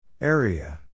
area